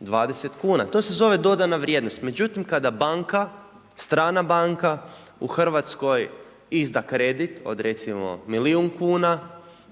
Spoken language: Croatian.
20 kuna, to se zove dodana vrijednost. Međutim kada banka, strana banka u Hrvatskoj izda kredit od recimo milijun kuna